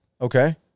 Okay